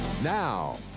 Now